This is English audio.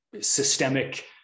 systemic